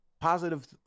positive